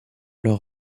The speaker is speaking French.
leur